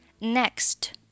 Next